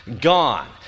gone